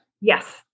yes